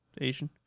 Asian